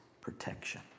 protection